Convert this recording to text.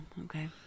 okay